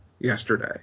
yesterday